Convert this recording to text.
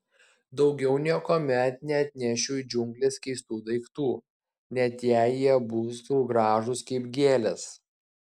daugiau niekuomet neatnešiu į džiungles keistų daiktų net jei jie būtų gražūs kaip gėlės